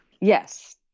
Yes